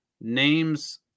names